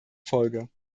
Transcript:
folge